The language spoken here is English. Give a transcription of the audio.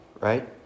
right